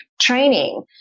training